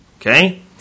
Okay